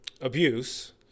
abuse